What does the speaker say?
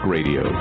Radio